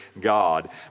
God